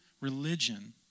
religion